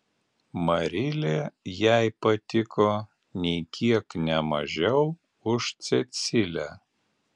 marilė jai patiko nė kiek ne mažiau už cecilę